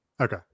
Okay